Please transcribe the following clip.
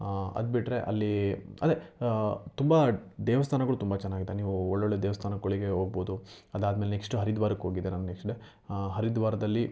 ಅದು ಬಿಟ್ಟರೆ ಅಲ್ಲಿ ಅದೇ ತುಂಬ ದೇವಸ್ಥಾನಗಳು ತುಂಬ ಚೆನ್ನಾಗಿದೆ ನೀವು ಒಳ್ಳೊಳ್ಳೆಯ ದೇವಸ್ಥಾನಗಳಿಗೆ ಹೋಗ್ಬೋದು ಅದು ಆದ ಮೇಲೆ ನೆಕ್ಸ್ಟು ಹರಿದ್ವಾರಕ್ಕೆ ಹೋಗಿದ್ದೆ ನಾನು ನೆಕ್ಸ್ಟ್ ಡೇ ಹರಿದ್ವಾರದಲ್ಲಿ